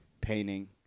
Painting